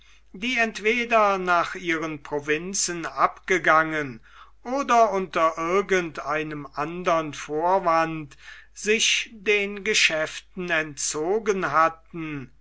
die entweder nach ihren provinzen abgegangen oder unter irgend einem andern vorwand sich den geschäften entzogen hatten